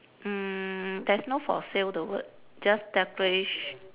mm there's no for sale the word just decoratio~